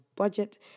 budget